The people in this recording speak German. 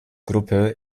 gruppe